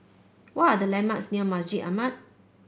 what are the landmarks near Masjid Ahmad